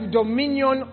dominion